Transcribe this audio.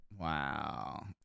Wow